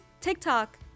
tiktok